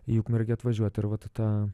į ukmergę atvažiuot ir vat į tą